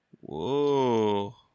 Whoa